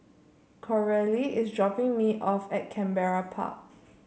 Coralie is dropping me off at Canberra Park